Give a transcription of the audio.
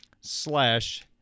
slash